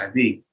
HIV